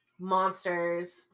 monsters